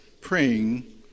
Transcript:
praying